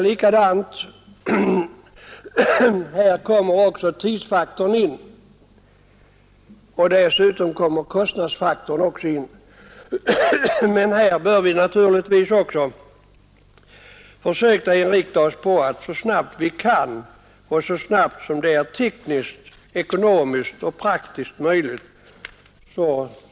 Också här kommer tidsfaktorn in, och dessutom kommer kostnadsfaktorn in, men vi bör naturligtvis inrikta oss på att gå vidare så snabbt som det är tekniskt, ekonomiskt och praktiskt möjligt.